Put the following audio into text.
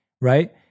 right